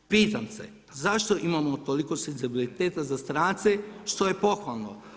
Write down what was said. Pitam se zašto imamo toliko senzibiliteta za strance što je pohvalno.